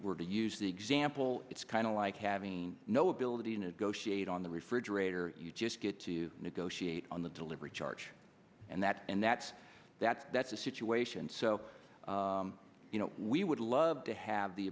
were to use the example it's kind of like having no ability to negotiate on the refrigerator you just get to negotiate on the delivery charge and that and that's that that's a situation so you know we would love to have the